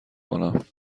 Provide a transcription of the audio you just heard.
کنم